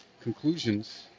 conclusions